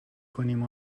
کنیم